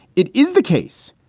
it is the case.